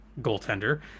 goaltender